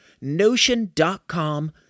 notion.com